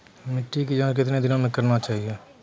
मिट्टी की जाँच कितने दिनों मे करना चाहिए?